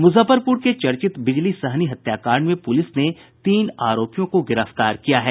मुजफ्फरपुर के चर्चित बिजली सहनी हत्याकांड में पुलिस ने तीन आरोपियों को गिरफ्तार किया है